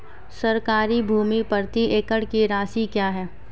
सरकारी भूमि प्रति एकड़ की राशि क्या है?